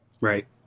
Right